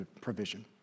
provision